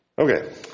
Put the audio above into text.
Okay